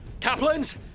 Kaplans